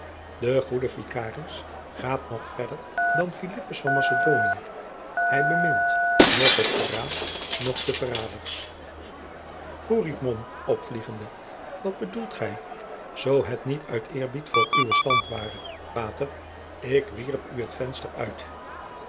de goede vikaris gaat nog verder dan philippus van macedoniën hij bemint noch het verraad noch de verraders hoe riep mom opvliegende wat bedoelt gij zoo het niet uit eerbied voor uwen stand ware pater ik wierp u het venster uit